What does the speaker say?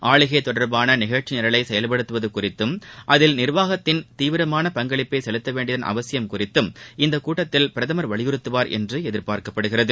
ஆளுகைதொடர்பானநிகழ்ச்சிநிரலைசெயல்படுத்துவதுகுறித்தும் அதில் நிர்வாகத்தின் தீவிரமான பங்களிப்பைசெலுத்தவேண்டியதன் அவசியம் குறித்தம் இந்தகூட்டத்திலபிரதமர் வலியுறுத்துவார் என்றுஎதிர்பார்க்கப்படுகிறது